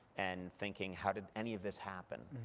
and thinking, how did any of this happen?